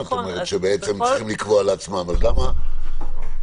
את אומרת שגם אחרים צריכים לקבוע לעצמם.